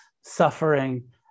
suffering